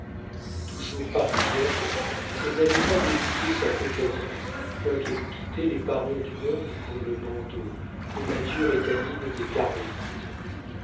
toujours parisienne elle n'avait pas dépouillé sa coquetterie quoiqu'elle eût quitté les parures du monde pour le bandeau pour la dure étamine des carmélites